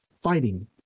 fighting